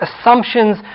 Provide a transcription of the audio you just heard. assumptions